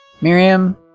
Miriam